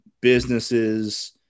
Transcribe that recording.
businesses